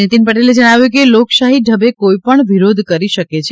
નીતિન પટેલે જણાવ્યું કે લોકશાહી ઢબે કોઇ પણ વિરોધ કરી શકે છે